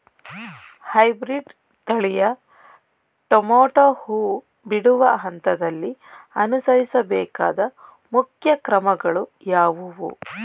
Hybrid ತಳಿಯ tomato ಹೂ ಬಿಡುವ ಹಂತದಲ್ಲಿ ಅನುಸರಿಸಬೇಕಾದ ಮುಖ್ಯ ಕ್ರಮಗಳು ಯಾವುವು?